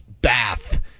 bath